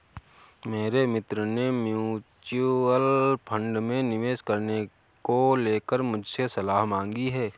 मेरे मित्र ने म्यूच्यूअल फंड में निवेश करने को लेकर मुझसे सलाह मांगी है